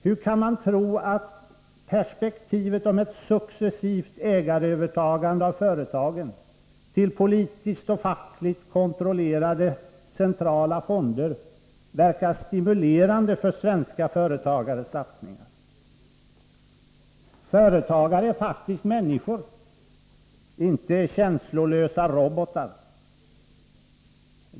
Hur kan man tro att perspektivet om ett successivt ägarövertagande av företagen till politiskt och fackligt kontrollerade centrala fonder verkar stimulerande för svenska företagares satsningar? Företagare är faktiskt människor — inte känslolösa robotar.